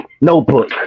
notebook